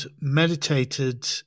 meditated